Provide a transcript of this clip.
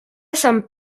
sant